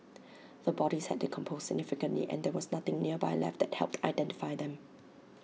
the bodies had decomposed significantly and there was nothing nearby left that helped identify them